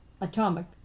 atomic